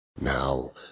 Now